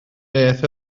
beth